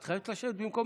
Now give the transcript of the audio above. את חייבת לשבת במקומך.